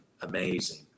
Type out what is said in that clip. amazing